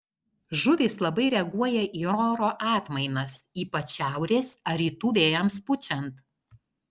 žuvys labai reaguoja į oro atmainas ypač šiaurės ar rytų vėjams pučiant